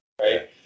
Right